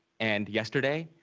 and yesterday,